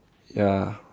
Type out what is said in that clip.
ya